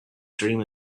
dream